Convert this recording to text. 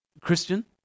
Christian